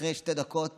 אחרי שתי דקות